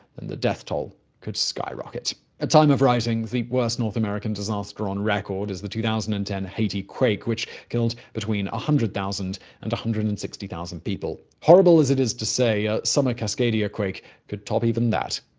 and the death toll could skyrocket. at time of writing, the worst north american disaster on record is the two thousand and ten haiti quake, which killed between one ah hundred thousand and one hundred and sixty thousand people. horrible as it is to say, a summer cascadia quake could top even that.